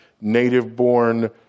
native-born